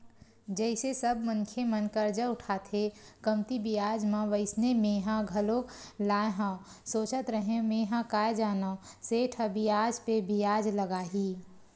जइसे सब मनखे मन करजा उठाथे कमती बियाज म वइसने मेंहा घलोक लाय हव सोचत रेहेव मेंहा काय जानव सेठ ह बियाज पे बियाज लगाही